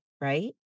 Right